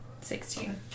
sixteen